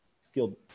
skilled